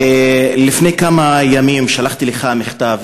לפני כמה ימים שלחתי לך מכתב,